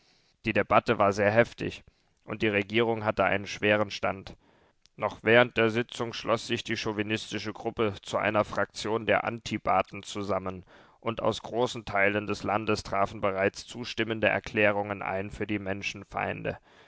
die debatte war sehr heftig und die regierung hatte einen schweren stand noch während der sitzung schloß sich die chauvinistische gruppe zu einer fraktion der antibaten zusammen und aus großen teilen des landes trafen bereits zustimmende erklärungen ein für die